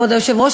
כבוד היושב-ראש,